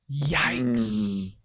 Yikes